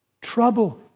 Trouble